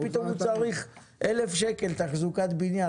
פתאום הוא צריך 1,000 שקל לחודש תחזוקת בניין